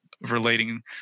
relating